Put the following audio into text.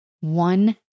one